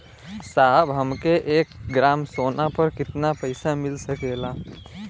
साहब हमके एक ग्रामसोना पर कितना पइसा मिल सकेला?